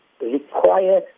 require